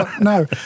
no